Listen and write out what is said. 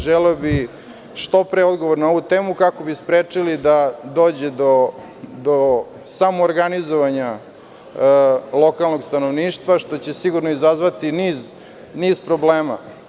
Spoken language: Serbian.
Želeo bih što pre odgovor na ovu temu, kako bi sprečili da dođe do samoorganizovanja lokalnog stanovništva, što će sigurno izazvati niz problema.